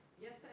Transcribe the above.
Yes